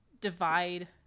divide